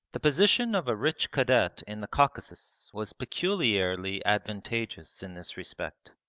the position of a rich cadet in the caucasus was peculiarly advantageous in this respect.